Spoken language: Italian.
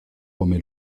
come